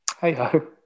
hey-ho